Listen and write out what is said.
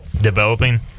developing